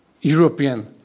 European